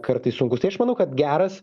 kartais sunkūs tai aš manau kad geras